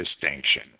distinction